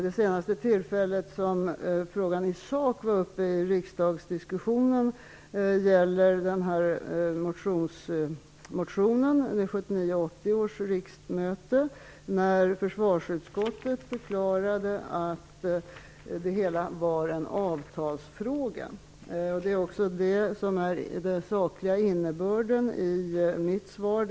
Det senaste tillfälle när frågan i sak behandlades i riksdagen var med anledning av motionen till 1979/80 års riksmöte, varvid försvarsutskottet förklarade att det hela var en avtalsfråga. Det är också den sakliga innebörden i mitt svar.